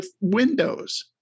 windows